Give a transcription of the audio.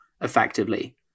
effectively